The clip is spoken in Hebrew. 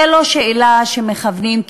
זו לא שאלה שמכוונים,